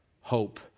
hope